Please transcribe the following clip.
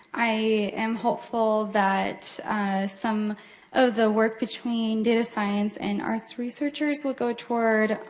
i am hopeful that some of the work between data science and arts researchers will go toward